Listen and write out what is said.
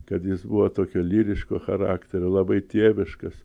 kad jis buvo tokio lyriško charakterio labai tėviškas